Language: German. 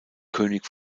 könig